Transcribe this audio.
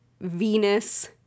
Venus